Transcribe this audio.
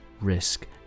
risk